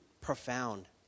profound